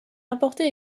importait